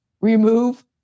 remove